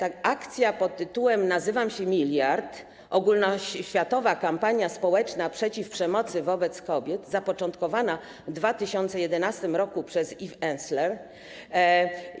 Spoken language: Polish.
Akcja pt. „Nazywam się miliard” - ogólnoświatowa kampania społeczna przeciw przemocy wobec kobiet zapoczątkowana w 2011 r. przez Eve Ensler.